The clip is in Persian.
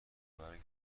برای